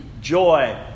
joy